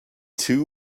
too